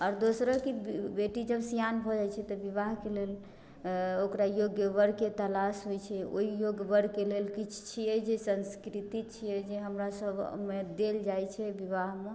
आर दोसरो कि बेटी जब सिआन भए जाइत छै तऽ विवाहके लेल ओकरा योग्य वरके तलाश होइत छै ओहि योग्य वरके लेल किछु छियै जे संस्कृति छियै जे हमरा सबमे देल जाइत छै विवाहमे